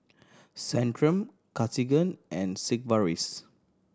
Centrum Cartigain and Sigvaris